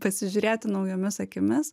pasižiūrėti naujomis akimis